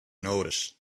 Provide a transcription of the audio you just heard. notice